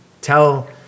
tell